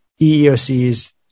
EEOC's